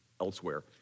elsewhere